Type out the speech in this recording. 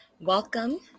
Welcome